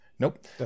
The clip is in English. Nope